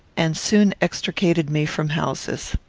and soon extricated me from houses.